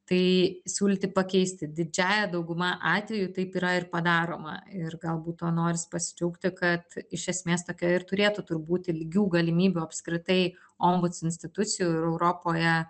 tai siūlyti pakeisti didžiąja dauguma atvejų taip yra ir padaroma ir galbūt tuo noris pasidžiaugti kad iš esmės tokia ir turėtų turbūt lygių galimybių apskritai ombuds institucijų ir europoje